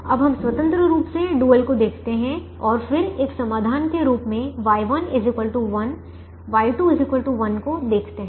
अब हम स्वतंत्र रूप से डुअल को देखते हैं और फिर एक समाधान के रूप में Y1 1 Y2 1 को देखते हैं